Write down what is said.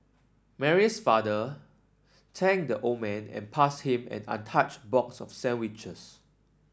Mary's father thanked the old man and passed him an untouched box of sandwiches